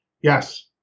Yes